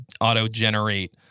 auto-generate